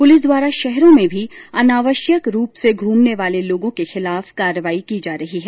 police द्वारा शहरों में भी अनावश्यक घूमने वाले लोगों के खिलाफ कार्रवाई की जा रही है